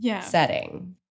setting